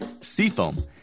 Seafoam